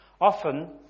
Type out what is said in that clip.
Often